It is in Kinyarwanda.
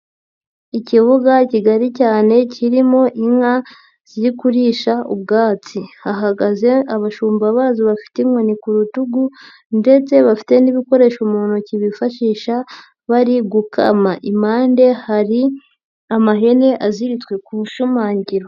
Ikibuga kigari cyane kirimo inka ziri kurisha ubwatsi, hahagaze abashumba bazo bafite inkoni ku rutugu ndetse bafite n'ibikoresho mu ntoki bifashisha bari gukama, impande hari amahene aziritswe ku bushimangiro.